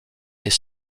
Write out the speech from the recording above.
est